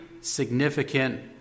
significant